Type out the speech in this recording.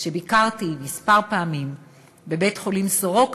כשביקרתי כמה פעמים בבית-החולים סורוקה,